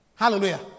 hallelujah